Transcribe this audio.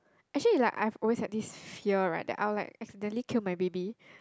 actually like I've always had this fear right that I'll like accidentally kill my baby